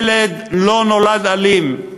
ילד לא נולד אלים,